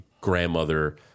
grandmother